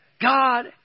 God